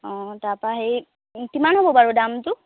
অ তাৰপৰা হেৰি কিমান হ'ব বাৰু দামটো